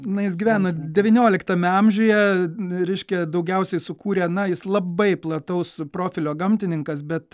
na jis gyveno devynioliktame amžiuje reiškia daugiausiai sukūrė na jis labai plataus profilio gamtininkas bet